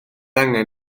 angen